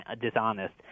dishonest